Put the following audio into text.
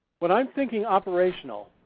when i'm thinking operational,